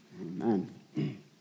Amen